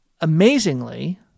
amazingly